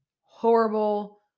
horrible